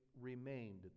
remained